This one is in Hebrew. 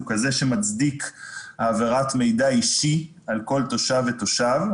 הוא כזה שמצדיק העברת מידע אישי על כל תושב ותושב,